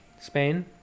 Spain